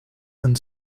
and